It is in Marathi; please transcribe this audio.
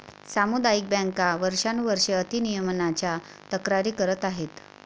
सामुदायिक बँका वर्षानुवर्षे अति नियमनाच्या तक्रारी करत आहेत